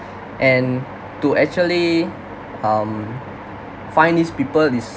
and to actually um find these people is